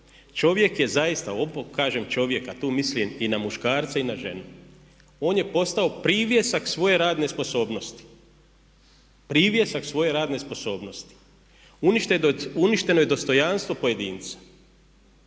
Čovjek je zaista, kažem čovjek, a tu mislim i na muškarca i na ženu. On je postao privjesak svoje radne sposobnosti. Privjesak svoje radne sposobnosti. Uništeno je dostojanstvo pojedinaca.